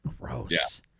gross